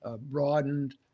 broadened